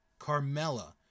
Carmella